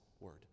word